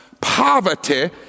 poverty